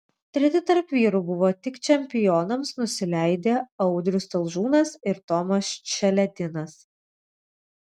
treti tarp vyrų buvo tik čempionams nusileidę audrius talžūnas ir tomas čeledinas